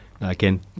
Again